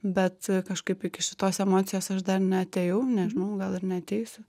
bet kažkaip iki šitos emocijos aš dar neatėjau nežinau gal ir neateisiu